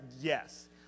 Yes